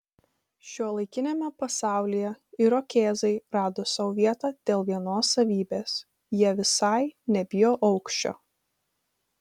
šiuolaikiniame pasaulyje irokėzai rado sau vietą dėl vienos savybės jie visai nebijo aukščio